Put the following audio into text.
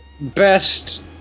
Best